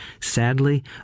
sadly